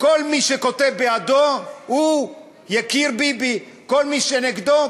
כל מי שכותב בעדו הוא יקיר ביבי, כל מי שנגדו,